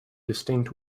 distinct